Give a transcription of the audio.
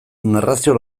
narrazio